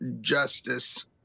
justice